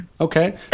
Okay